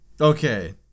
Okay